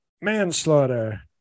Manslaughter